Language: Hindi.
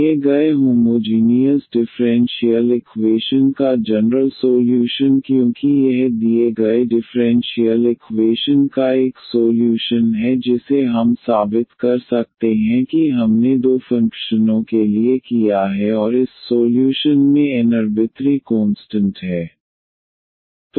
दिए गए होमोजीनीयस डिफ़्रेंशियल इकवेशन का जनरल सोल्यूशन क्योंकि यह दिए गए डिफ़्रेंशियल इकवेशन का एक सोल्यूशन है जिसे हम साबित कर सकते हैं कि हमने दो फंक्शनों के लिए किया है और इस सोल्यूशन में n अरबितरी कोंस्टंट है